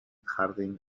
harding